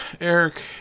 Eric